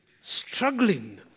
struggling